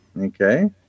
okay